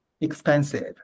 expensive